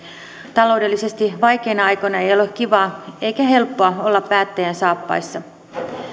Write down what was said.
taloudellisesti vaikeina aikoina ei ole kivaa eikä helppoa olla päättäjän saappaissa